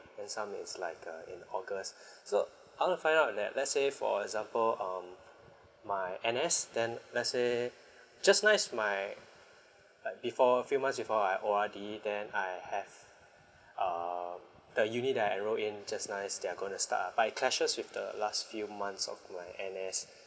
and some is like err in august so I want to find out that let's say for example um my N_S then let's say just nice my like before a few months before I O_R_D then I have um the uni that I enrolled in just nice they are going to start ah but it clashes with the last few months of my N_S